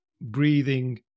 breathing